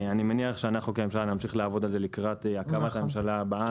אני מניח שאנחנו כממשלה נמשיך לעבוד על זה לקראת הקמת הממשלה הבאה.